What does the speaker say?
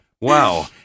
Wow